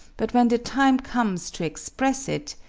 but when the time comes to express it,